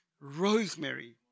rosemary